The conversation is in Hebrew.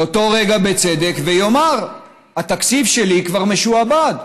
באותו רגע בצדק, ויאמר: התקציב שלי כבר משועבד.